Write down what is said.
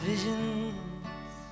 visions